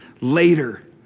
later